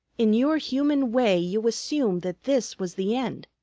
in your human way you assumed that this was the end.